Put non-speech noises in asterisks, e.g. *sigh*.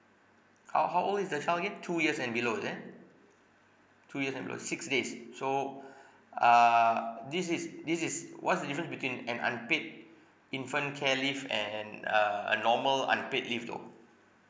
how how old is the child again two years and below is it two years and below six days in so *breath* uh this is this is what's the difference between an unpaid *breath* infant care leave and a a normal unpaid leave though